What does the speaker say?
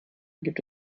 gibt